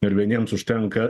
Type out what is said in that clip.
ir vieniems užtenka